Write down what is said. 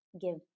give